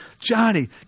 Johnny